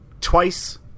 Twice